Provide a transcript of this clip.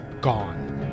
gone